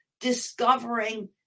discovering